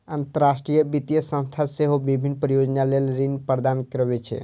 अंतरराष्ट्रीय वित्तीय संस्थान सेहो विभिन्न परियोजना लेल ऋण प्रदान करै छै